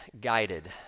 guided